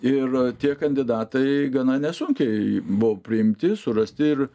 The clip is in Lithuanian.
ir tie kandidatai gana nesunkiai buvo priimti surasti ir